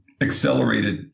accelerated